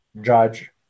Judge